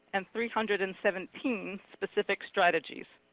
and three hundred and seventeen specific strategies.